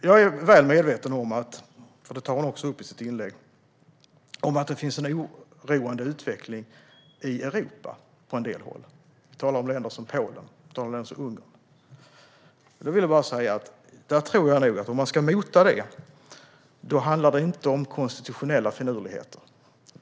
Jag är väl medveten om att det, vilket Maria Abrahamsson också tar upp i sitt inlägg, finns en oroande utveckling i Europa på en del håll. Jag talar om länder som Polen och Ungern. Om man ska mota det tror jag inte att det handlar om konstitutionella finurligheter.